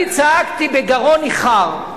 אני צעקתי בגרון ניחר,